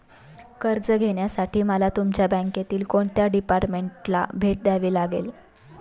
कर्ज घेण्यासाठी मला तुमच्या बँकेतील कोणत्या डिपार्टमेंटला भेट द्यावी लागेल?